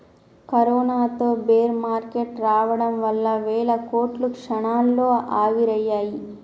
కరోనాతో bear market రావడం వల్ల వేల కోట్లు క్షణాల్లో ఆవిరయ్యాయి